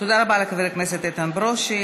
תודה רבה לחבר הכנסת איתן ברושי.